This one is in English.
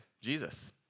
Jesus